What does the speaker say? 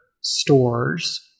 stores